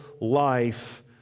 life